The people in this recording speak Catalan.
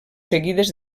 seguides